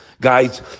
Guys